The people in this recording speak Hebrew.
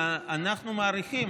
אנחנו מעריכים,